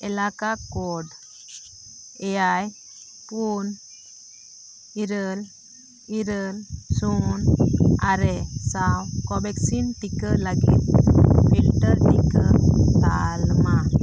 ᱮᱞᱟᱠᱟ ᱠᱳᱰ ᱮᱭᱟᱭ ᱯᱩᱱ ᱤᱨᱟᱹᱞ ᱤᱨᱟᱹᱞ ᱥᱩᱱ ᱟᱨᱮ ᱥᱟᱶ ᱠᱳᱵᱷᱮᱠᱥᱤᱱ ᱴᱤᱠᱟᱹ ᱞᱟᱹᱜᱤᱫ ᱯᱷᱤᱞᱴᱟᱨ ᱴᱤᱠᱟᱹ ᱛᱟᱞᱢᱟ